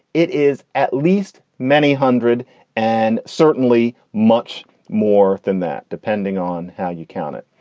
it is at least many hundred and certainly much more than that, depending on how you count it.